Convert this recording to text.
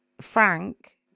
Frank